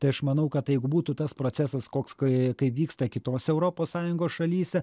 tai aš manau kad tai jeigu būtų tas procesas koks kai vyksta kitose europos sąjungos šalyse